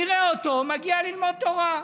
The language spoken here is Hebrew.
נראה אותו מגיע ללמוד תורה.